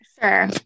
Sure